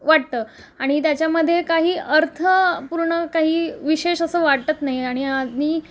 वाटतं आणि त्याच्यामध्ये काही अर्थपूर्ण काही विशेष असं वाटत नाही आणि आज मी